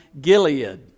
Gilead